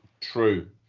True